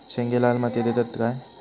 शेंगे लाल मातीयेत येतत काय?